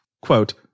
quote